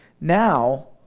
now